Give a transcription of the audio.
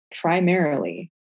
primarily